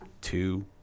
two